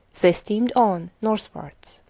they steamed on northwards.